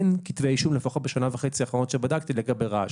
אין כתבי אישום לפחות בשנה וחצי האחרונות לגבי רעש.